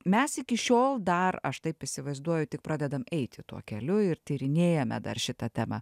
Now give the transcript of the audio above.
mes iki šiol dar aš taip įsivaizduoju tik pradedam eiti tuo keliu ir tyrinėjame dar šitą temą